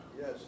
Yes